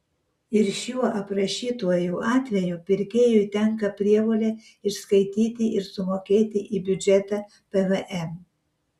ir šiuo aprašytuoju atveju pirkėjui tenka prievolė išskaityti ir sumokėti į biudžetą pvm